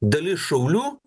dalis šaulių